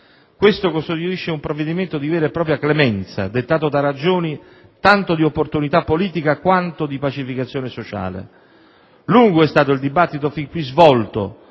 codice penale. È un provvedimento di vera e propria clemenza dettato da ragioni tanto di opportunità politica quanto di pacificazione sociale. Lungo è stato il dibattito fin qui svolto,